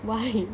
why